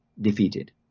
defeated